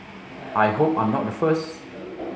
I hope I'm not the first